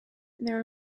there